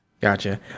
Gotcha